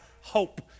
hope